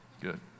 good